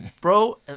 bro